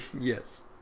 Yes